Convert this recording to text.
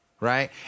right